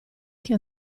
che